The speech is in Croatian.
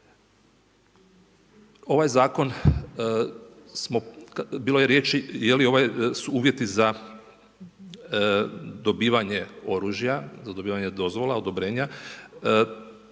Ovaj zakon smo bilo je riječi, je li u ovo uvjeti za dobivanje oružja, za dobivanje dozvola, odobrenja,